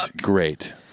great